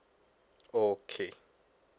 okay